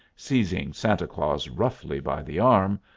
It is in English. seizing santa claus roughly by the arm.